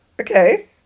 okay